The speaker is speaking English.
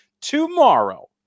tomorrow